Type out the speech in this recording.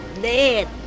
dead